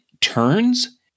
turns